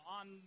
on